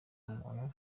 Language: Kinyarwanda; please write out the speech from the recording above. umuntu